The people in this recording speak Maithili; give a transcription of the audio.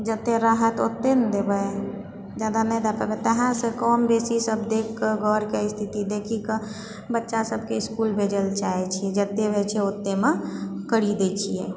जते रहत ओते ने देबए जादा नहि दए पएबै ताहिसँ कम बेसि देखिके घरके स्थिति देखिके बच्चा सबकेँ इसकुल भेजऽ लए चाहैत छी जते छै ओतेमे करि दए छिऐ